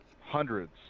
hundreds